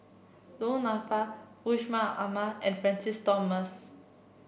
Du Nanfa Yusman Aman and Francis Thomas